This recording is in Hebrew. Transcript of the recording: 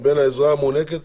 מבין העזרה המונהגת